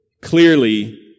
clearly